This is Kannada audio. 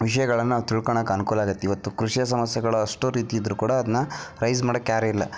ವಿಷಯಗಳನ್ನು ತಿಳ್ಕೊಳಕ್ ಅನುಕೂಲಾಗೈತಿ ಇವತ್ತು ಕೃಷಿಯ ಸಮಸ್ಯೆಗಳು ಅಷ್ಟು ರೀತಿ ಇದ್ದರೂ ಕೂಡ ಅದನ್ನ ರೈಸ್ ಮಾಡಕ್ಕೆ ಯಾರೂ ಇಲ್ಲ